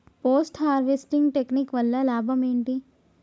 Post harvesting technique వల్ల లాభం ఏంటి?